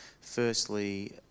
firstly